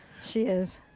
she is.